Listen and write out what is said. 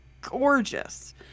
gorgeous